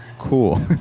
Cool